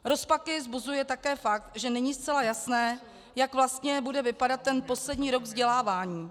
Rozpaky vzbuzuje také fakt, že není zcela jasné jak vlastně bude vypadat ten poslední rok vzdělávání.